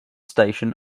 station